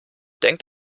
denkt